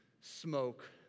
smoke